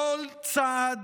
כל צעד